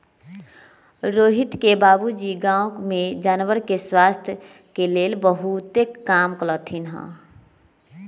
रोहित के बाबूजी गांव में जानवर के स्वास्थ के लेल बहुतेक काम कलथिन ह